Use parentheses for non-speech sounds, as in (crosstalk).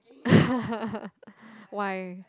(laughs) why